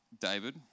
David